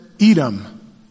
Edom